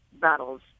battles